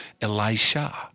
Elisha